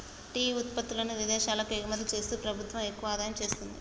tea ఉత్పత్తుల్ని విదేశాలకు ఎగుమతి చేస్తూ ప్రభుత్వం ఎక్కువ ఆదాయం వస్తుంది